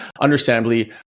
understandably